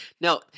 No